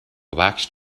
waxed